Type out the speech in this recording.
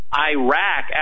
Iraq